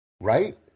Right